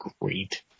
great